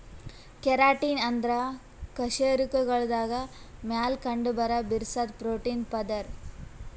keratin ಅಂದ್ರ ಕಶೇರುಕಗಳ್ದಾಗ ಮ್ಯಾಲ್ ಕಂಡಬರಾ ಬಿರ್ಸಾದ್ ಪ್ರೋಟೀನ್ ಪದರ್